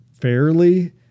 fairly